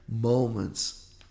moments